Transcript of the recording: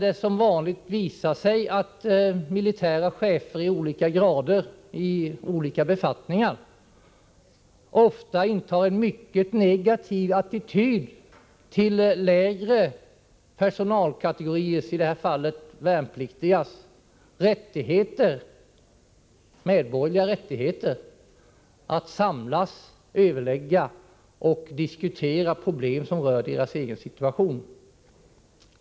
Det har visat sig att militära chefer i olika grader och i olika befattningar ofta intar en mycket negativ attityd till lägre personalkategoriers — i det här fallet värnpliktigas — medborgerliga rättighet att samlas, överlägga och diskutera problem som rör deras egen situation.